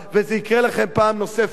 וזה יקרה לכם פעם נוספת,